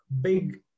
big